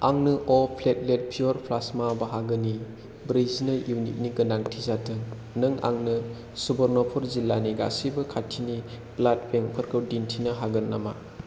आंनो अह प्लेटलेट पुयर प्लास्मा बाहागोनि ब्रैजिनै इउनिटनि गोनांथि जादों नों आंनो सुवर्नपुर जिल्लानि गासिबो खाथिनि ब्लाड बेंकफोरखौ दिन्थिनो हागोन नामा